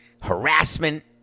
harassment